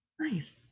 Nice